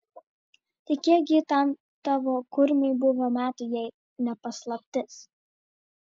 tai kiek gi tam tavo kurmiui buvo metų jei ne paslaptis